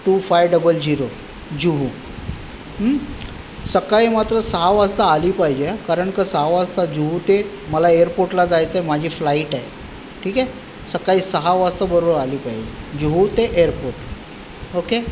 to five double zero Juhu सकाळी मात्र सहा वाजता आली पाहिजे हं कारण क सहा वाजता जुहू ते मला एअरपोर्टला जायचं आहे माझी फ्लाइट आहे ठीक आहे सकाळी सहा वाजता बरोबर आली पाहिजे जुहू ते एअरपोर्ट ओके